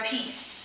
Peace